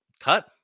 Cut